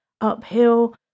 uphill